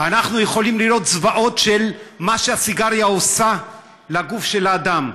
אנחנו יכולים לראות זוועות של מה שהסיגריה עושה לגוף של האדם,